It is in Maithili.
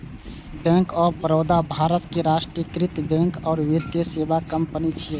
बैंक ऑफ बड़ोदा भारतक राष्ट्रीयकृत बैंक आ वित्तीय सेवा कंपनी छियै